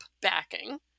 backing